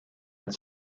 its